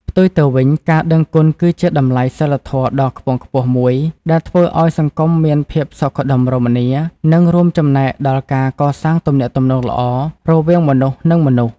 ផ្ទុយទៅវិញ ការដឹងគុណគឺជាតម្លៃសីលធម៌ដ៏ខ្ពង់ខ្ពស់មួយដែលធ្វើឲ្យសង្គមមានភាពសុខដុមរមនា និងរួមចំណែកដល់ការកសាងទំនាក់ទំនងល្អរវាងមនុស្សនិងមនុស្ស។